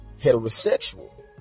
heterosexual